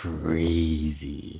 crazy